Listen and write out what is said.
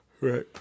right